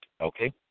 okay